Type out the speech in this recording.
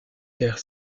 guerre